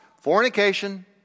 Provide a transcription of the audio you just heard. fornication